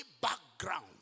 background